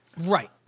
Right